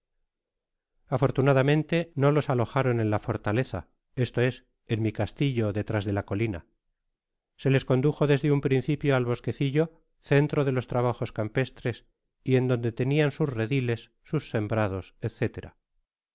afortunadamente no los alojaron en to fortaleza esto es en mi castillo detrás de la colina se les condujo desde un principio al bosquecillo centro de los trabajos campestres y en donde tenian sus rediles sus sembrado